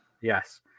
Yes